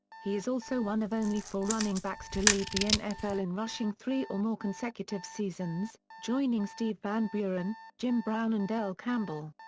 he is also one of only four running backs to lead the nfl in rushing three or more consecutive seasons, joining steve van buren, jim brown and earl campbell.